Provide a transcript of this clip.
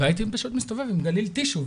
והייתי פשוט מסתובב עם גליל טישיו.